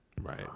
right